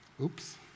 oops